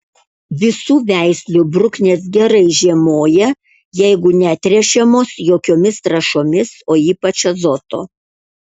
visų veislių bruknės gerai žiemoja jeigu netręšiamos jokiomis trąšomis o ypač azoto